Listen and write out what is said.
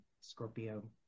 Scorpio